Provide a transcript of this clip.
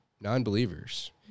non-believers